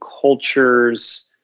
culture's